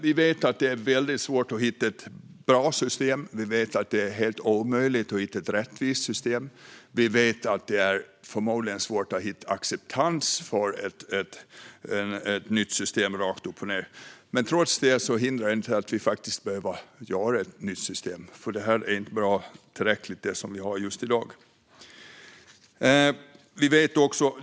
Vi vet att det är väldigt svårt att hitta ett bra system och helt omöjligt att hitta ett rättvist system. Vi vet att det förmodligen är svårt att få acceptans för ett nytt system rakt upp och ned. Men vi behöver trots det faktiskt hitta ett nytt system, för det som vi har i dag är inte tillräckligt bra.